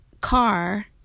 car